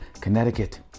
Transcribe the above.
Connecticut